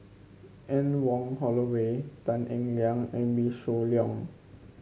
Anne Wong Holloway Tan Eng Liang and Wee Shoo Leong